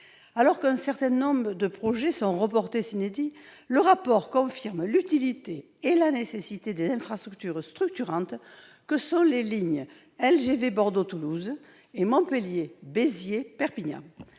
Alors qu'un certain nombre de projets sont reportés, le COI confirme dans son rapport l'utilité et la nécessité des infrastructures structurantes que sont les LGV Bordeaux-Toulouse et Montpellier-Béziers-Perpignan.